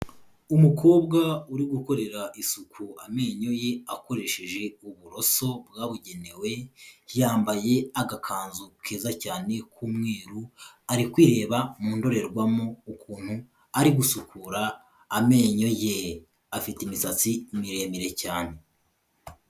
Umukobwa uri gukorera isuku amenyo ye akoresheje uburoso bwabugenewe, yambaye agakanzu keza cyane k'umweru, ari kwireba mu ndorerwamo ukuntu ari gusukura amenyo ye. Afite imisatsi miremire cyane.